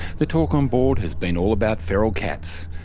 the talk on board has been all about feral cats.